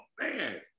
man